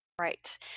Right